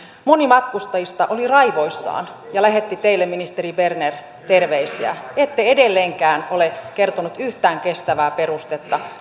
moni matkustajista oli raivoissaan ja lähetti teille ministeri berner terveisiä ette edelleenkään ole kertonut yhtään kestävää perustetta